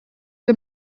the